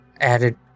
added